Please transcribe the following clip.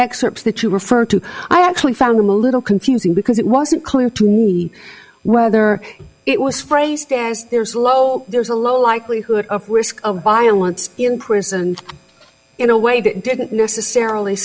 excerpts that you refer to i actually found them a little confusing because it wasn't clear to me whether it was phrased as there's low there's a low likelihood of wisc of violence in prison in a way that didn't necessarily